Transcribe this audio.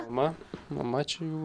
mama mama čia jų